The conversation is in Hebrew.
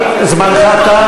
אזרחיה,